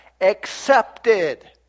Accepted